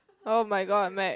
oh-my-god mate